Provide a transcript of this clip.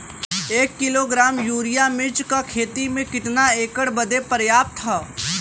एक किलोग्राम यूरिया मिर्च क खेती में कितना एकड़ बदे पर्याप्त ह?